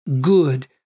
good